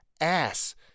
ass